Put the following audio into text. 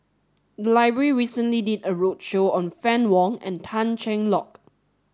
the library recently did a roadshow on Fann Wong and Tan Cheng Lock